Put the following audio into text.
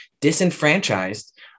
disenfranchised